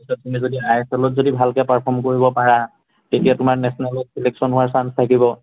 তাৰপাছত তুমি I S এলত যদি ভালকৈ পাৰ্ফম কৰিব পাৰা তেতিয়া তোমাৰ নেশ্যনেলত ছিলেকশ্যন হোৱাৰ চাঞ্চ থাকিব